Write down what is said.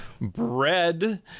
bread